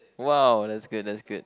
!wow! that's good that's good